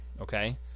okay